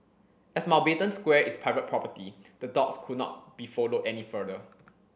as Mountbatten Square is private property the dogs could not be followed any further